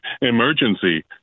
emergency